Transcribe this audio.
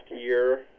year